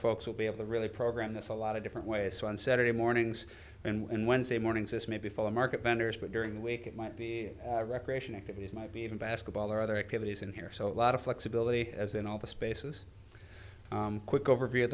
folks will be able to really program this a lot of different ways so on saturday mornings and wednesday mornings this may be full of market vendors but during the week it might be recreation activities might be even basketball or other activities in here so a lot of flexibility as in all the spaces quick overview of